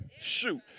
Shoot